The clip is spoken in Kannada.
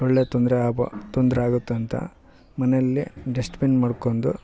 ಸೊಳ್ಳೆ ತೊಂದರೆ ಆಗ್ಬಾ ತೊಂದರೆ ಆಗುತ್ತೆ ಅಂತ ಮನೆಯಲ್ಲಿ ಡೆಸ್ಟ್ಬೀನ್ ಮಡ್ಕೊಂಡು